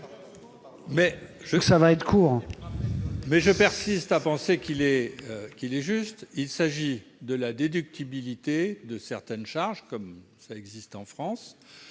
! Je persiste à penser qu'il est juste. Il concerne la déductibilité de certaines charges, comme cela existe en France,